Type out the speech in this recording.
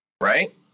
right